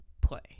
play